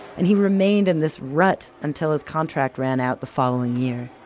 and he remained in this rut until his contract ran out the following year.